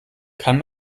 kann